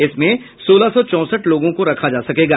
इसमें सोलह सौ चौंसठ लोगों को रखा जा सकेगा